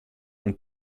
und